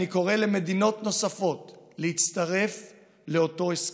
אני קורא למדינות נוספות להצטרף לאותו הסכם.